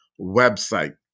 website